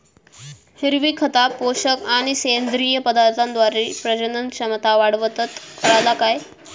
हिरवी खता, पोषक आणि सेंद्रिय पदार्थांद्वारे प्रजनन क्षमता वाढवतत, काळाला काय?